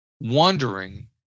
wondering